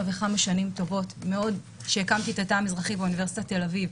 וכמה שנים טובות עוד כשהקמתי את התא המזרחי באוניברסיטת תל אביב,